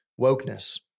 wokeness